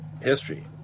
history